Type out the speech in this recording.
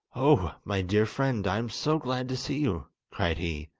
oh, my dear friend, i am so glad to see you cried he,